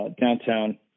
downtown